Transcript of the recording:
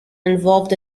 involved